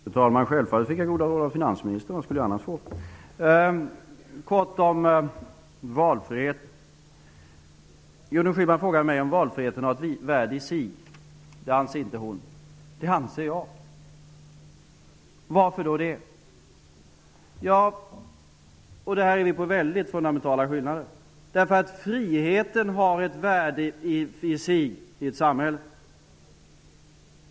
Fru talman! Självfallet fick jag goda råd av finansministern. Vad skulle jag annars få? Helt kort om valfriheten. Gudrun Schyman frågar mig om valfriheten har ett värde i sig. Det anser inte hon att den har, men det anser jag. Varför då? Ja -- och här är det väldiga fundamentala skillnader -- därför att friheten har ett värde i sig i ett samhälle.